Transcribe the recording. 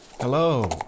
Hello